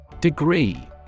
Degree